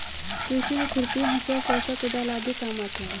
कृषि में खुरपी, हँसुआ, फरसा, कुदाल आदि काम आते है